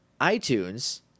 iTunes